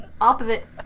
Opposite